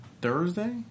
Thursday